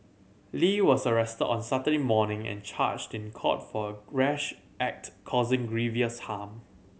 Lee was arrested on Saturday morning and charged in court for a rash act causing grievous harm